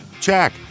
Check